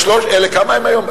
כמה הם היום?